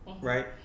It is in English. right